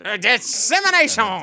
Dissemination